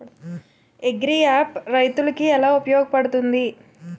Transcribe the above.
Agri app రైతులకి ఏలా ఉపయోగ పడుతుంది?